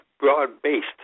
broad-based